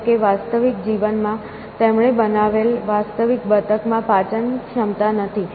જોકે વાસ્તવિક જીવનમાં તેમણે બનાવેલ વાસ્તવિક બતકમાં પાચક ક્ષમતા નથી